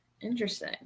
Interesting